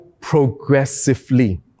progressively